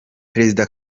perezida